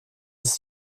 ist